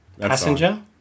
Passenger